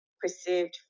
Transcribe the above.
perceived